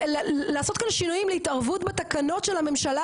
לעשות כאן שינויים להתערבות בתקנות של הממשלה